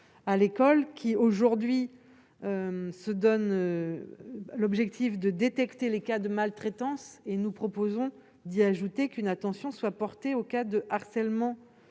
à l'école, qui aujourd'hui se donne l'objectif de détecter les cas de maltraitance et nous proposons d'y ajouté qu'une attention soit portée aux cas de harcèlement